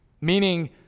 meaning